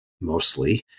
mostly